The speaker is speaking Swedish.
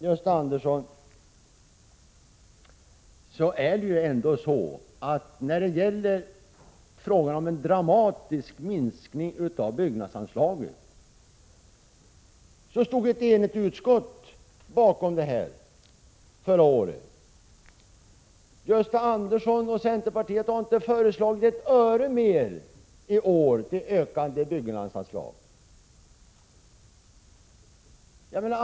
Gösta Andersson talade om en dramatisk minskning av byggnadsanslaget. Det var ett enigt utskott som stod bakom det förslaget förra året, och Gösta Andersson och centern har i år inte föreslagit ett öre mer till ökat byggnadsanslag.